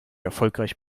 erfolgreich